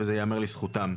וזה ייאמר לזכותם.